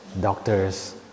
doctors